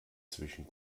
zwischen